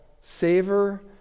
savor